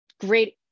Great